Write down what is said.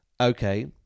Okay